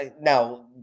Now